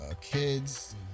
kids